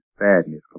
sadness